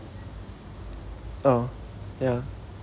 oh ya